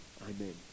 Amen